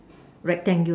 rectangular